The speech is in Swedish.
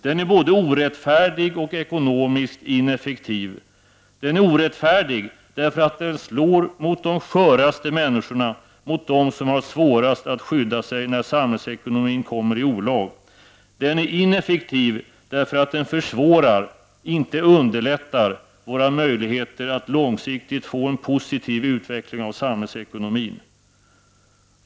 Den är både orättfärdig och ekonomiskt ineffektiv. Den är orättfärdig därför att den slår mot de sköraste människorna, mot dem som har svårast att skydda sig när samhällsekonomin kommer i olag. Den är ineffektiv därför att den försvårar, och inte underlättar, våra möjligheter att långsiktigt få en positiv utveckling av samhällsekonomin.